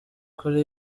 kuri